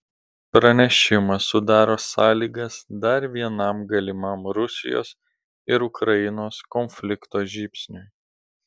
pranešimas sudaro sąlygas dar vienam galimam rusijos ir ukrainos konflikto žybsniui